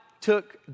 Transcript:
took